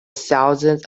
thousands